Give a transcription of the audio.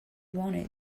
wanted